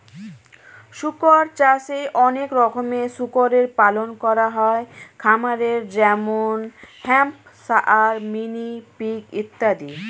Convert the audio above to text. শুকর চাষে অনেক রকমের শুকরের পালন করা হয় খামারে যেমন হ্যাম্পশায়ার, মিনি পিগ ইত্যাদি